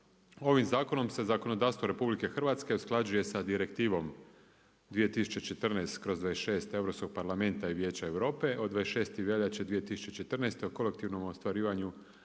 Ovim zakonom se zakonodavstvo RH, usklađuje sa Direktivom 2014/26 Europskog parlamenta i Vijeća Europe, od 26.veljače 2014. o kolektivnom ostvarivanju